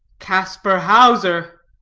casper hauser.